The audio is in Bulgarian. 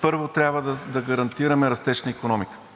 първо, трябва да гарантираме растеж на икономиката,